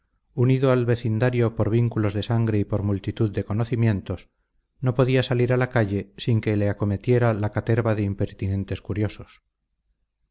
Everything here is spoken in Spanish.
unido al vecindario por vínculos de sangre y por multitud de conocimientos no podía salir a la calle sin que le acometiera la caterva de impertinentes curiosos